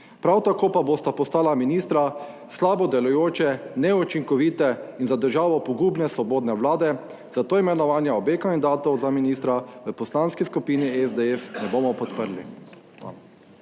Prav tako pa bosta postala ministra slabo delujoče, neučinkovite in za državo pogubne svobodne vlade. Zato imenovanja obeh kandidatov za ministra v poslanski skupini SDS ne bomo podprli.